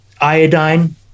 iodine